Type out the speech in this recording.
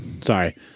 Sorry